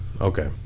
Okay